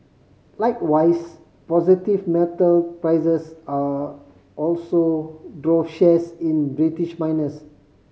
likewise positive metal prices are also drove shares in British miners